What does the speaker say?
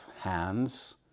hands